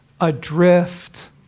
adrift